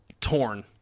torn